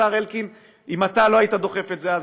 השר אלקין: אם אתה לא היית דוחף את זה אז,